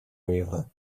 river